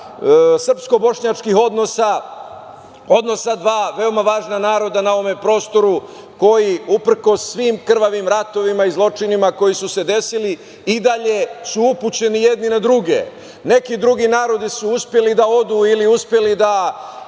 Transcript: srpsko-bošnjačkih odnosa, odnosa dva veoma važna naroda na ovom prostoru koji uprkos svim krvavim ratovima i zločinima koji su se desili i dalje su upućeni jedni na druge. Neki drugi narodi su uspeli da odu ili uspeli da